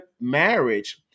marriage